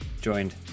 joined